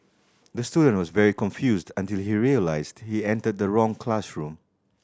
the student was very confused until he realised he entered the wrong classroom